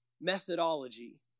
methodology